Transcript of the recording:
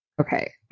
Okay